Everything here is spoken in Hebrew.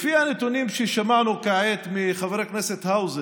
לפי הנתונים ששמענו כעת מחבר הכנסת האוזר,